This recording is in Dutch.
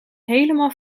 helemaal